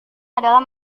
adalah